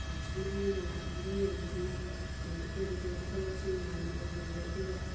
ꯁꯨꯃꯥꯡ ꯂꯤꯂꯥꯒꯨꯝꯕ ꯌꯦꯡꯕꯁꯤꯅ ꯑꯩꯈꯣꯏꯗꯁꯨ ꯋꯥꯈꯜ ꯂꯧꯁꯤꯡ ꯌꯥꯝꯅ ꯑꯣꯏꯍꯜꯂꯤ ꯑꯗꯨꯒ